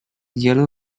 yellow